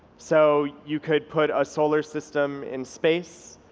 so you could put a solar system in space,